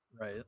Right